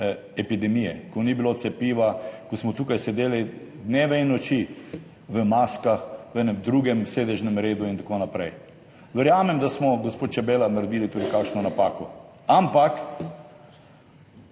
epidemije, ko ni bilo cepiva, ko smo tukaj sedeli dneve in noči v maskah v enem drugem sedežnem redu in tako naprej. Verjamem, da smo, gospod Čebela, naredili tudi kakšno napako, ampak